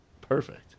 perfect